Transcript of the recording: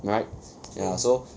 right ya so